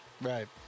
Right